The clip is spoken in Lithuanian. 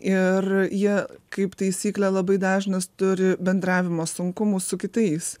ir jie kaip taisyklė labai dažnas turi bendravimo sunkumų su kitais